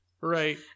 Right